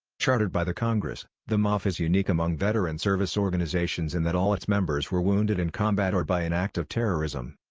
chartered by the congress, the moph is unique among veteran service organizations in that all its members were wounded wounded in combat or by an act of terrorism.